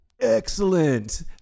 excellent